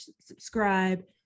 subscribe